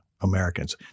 Americans